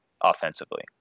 offensively